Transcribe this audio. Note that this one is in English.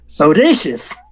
Audacious